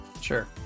sure